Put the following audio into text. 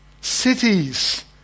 cities